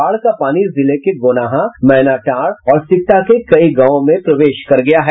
बाढ़ का पानी जिले के गोनाहा मैंनाटांड़ और सिकटा के कई गांवों में प्रवेश कर गया है